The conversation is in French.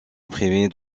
imprimer